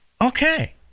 okay